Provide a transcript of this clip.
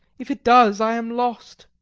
if it does i am lost.